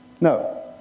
No